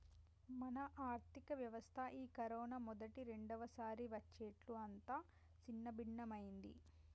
మన ఆర్థిక వ్యవస్థ ఈ కరోనా మొదటి రెండవసారి వచ్చేట్లు అంతా సిన్నభిన్నమైంది